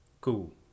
cool